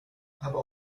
aber